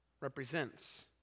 represents